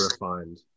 refined